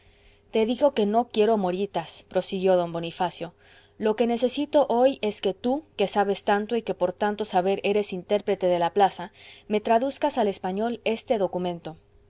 te digo que no quiero moritas prosiguió d bonifacio lo que necesito hoy es que tú que sabes tanto y que por tanto saber eres intérprete de la plaza me traduzcas al español este documento